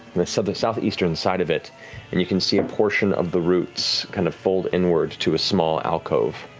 so the southeastern side of it and you can see a portion of the roots kind of fold inward to a small alcove,